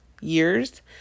years